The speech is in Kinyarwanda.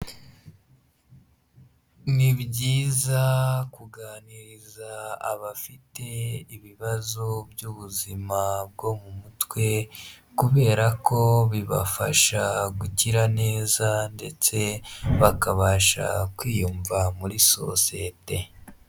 Ni byiza kuganiriza abafite ibibazo by'ubuzima bwo mu mutwe kubera ko bibafasha gukira neza ndetse bakabasha kwiyumva muri sosiyete.